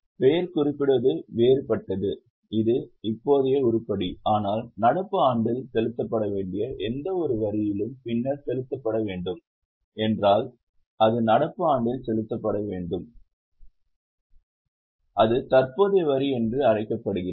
பெயர் குறிப்பிடுவது வேறுபட்டது இது இப்போதைய உருப்படி ஆனால் நடப்பு ஆண்டில் செலுத்தப்பட வேண்டிய எந்தவொரு வரியிலும் பின்னர் செலுத்தப்பட வேண்டும் என்றால் அது நடப்பு ஆண்டில் செலுத்தப்பட வேண்டும் என்றால் அது தற்போதைய வரி என்று அழைக்கப்படுகிறது